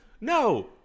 No